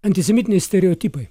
antisemitiniai stereotipai